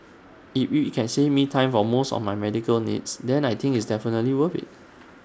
if we we can save me time for most of my medical needs then I think IT is definitely worth IT